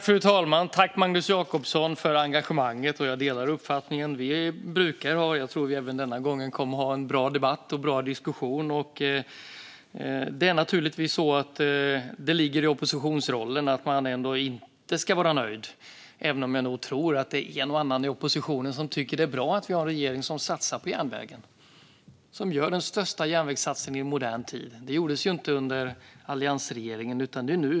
Fru talman! Jag tackar Magnus Jacobsson för engagemanget, och jag tror att vi även denna gång kommer att ha en bra debatt och diskussion. Det ligger i oppositionsrollen att inte vara nöjd, även om jag tror att en och annan i oppositionen tycker att det är bra att regeringen gör den största järnvägssatsningen i modern tid. Det gjordes inte under alliansregeringen.